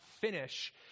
finish